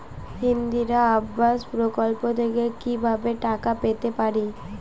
ইন্দিরা আবাস প্রকল্প থেকে কি ভাবে টাকা পেতে পারি?